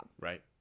Right